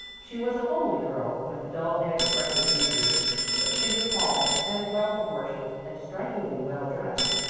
she was a homely girl, with dull, inexpressive features but she was tall and well-proportioned and strikingly well dressed.